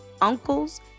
uncles